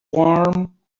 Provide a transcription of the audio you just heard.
warm